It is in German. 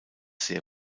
sehr